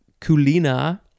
kulina